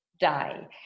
die